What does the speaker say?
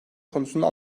konusunda